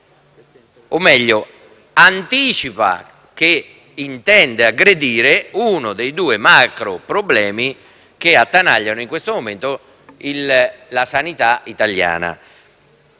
o, meglio, si anticipa che si intende aggredire uno dei due macroproblemi che attanagliano in questo momento la sanità italiana.